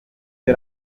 byo